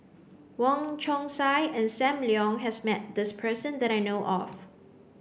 Wong Chong Sai and Sam Leong has met this person that I know of